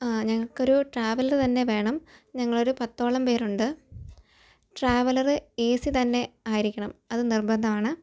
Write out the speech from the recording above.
ആ ഞങ്ങൾക്കൊരു ട്രാവലറ് തന്നെ വേണം ഞങ്ങളൊരു പത്തോളം പേരുണ്ട് ട്രാവലറ് എസി തന്നെ ആയിരിക്കണം അത് നിർബന്ധമാണ്